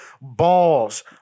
Balls